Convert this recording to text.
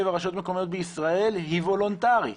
רשויות מקומיות בישראל היא וולונטרית.